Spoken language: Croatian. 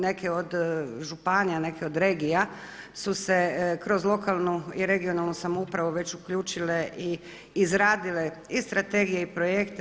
Neke od županija, neke od regija su se kroz lokalnu i regionalnu samoupravu već uključile i izradile i strategije i projekte.